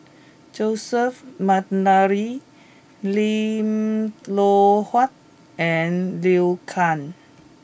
Joseph McNally Lim Loh Huat and Liu Kang